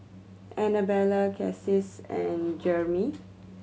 Annabella Cassius and Jeramie